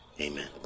Amen